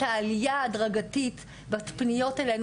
את העלייה ההדרגתית בפניות אלינו,